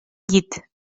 llit